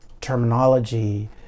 terminology